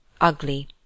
ugly